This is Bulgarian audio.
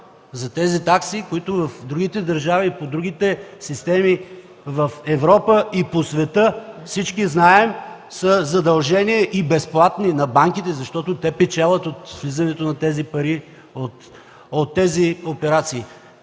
за тези такси, които в други държави и по други системи в Европа и по света, всички знаем, че са задължение на банките и са безплатни, защото банките печелят от влизането на тези пари и от тези операции.